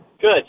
Good